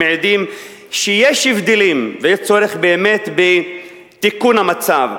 שמעידים שיש הבדלים ויש צורך באמת בתיקון המצב.